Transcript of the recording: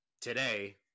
today